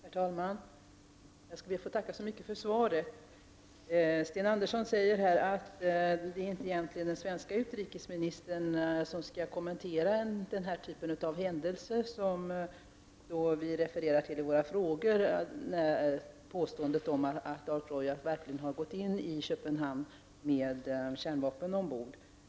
Herr talman! Jag ber att få tacka för svaret. Sten Andersson säger att det inte är den svenska utrikesministern som skall kommentera den typ av händelser som vi refererar till i våra frågor, dvs. påståendet att Ark Royal har gått in i Köpenhamn med kärnvapen ombord.